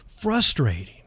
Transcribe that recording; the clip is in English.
frustrating